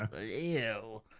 Ew